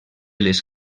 les